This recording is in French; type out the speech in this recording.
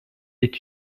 est